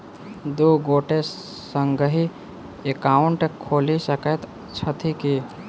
दु गोटे संगहि एकाउन्ट खोलि सकैत छथि की?